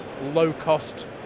low-cost